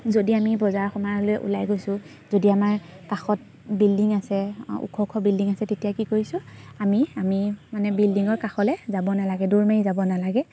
যদি আমি বজাৰ সমাৰলৈ ওলাই গৈছোঁ যদি আমাৰ কাষত বিল্ডিং আছে ওখ ওখ বিল্ডিং আছে তেতিয়া কি কৰিছোঁ আমি আমি মানে বিল্ডিঙৰ কাষলৈ যাব নালাগে দৌৰ মাৰি যাব নালাগে